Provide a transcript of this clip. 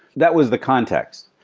that was the context.